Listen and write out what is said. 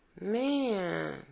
Man